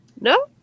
No